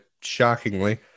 shockingly